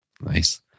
Nice